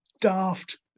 daft